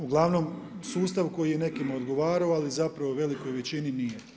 Ugl. sustav koji je nekim odgovarao, ali zapravo, velikoj većini nije.